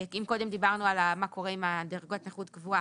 אם קודם דיברנו על מה קורה עם דרגת נכות קבועה,